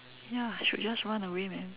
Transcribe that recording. ya should just run away man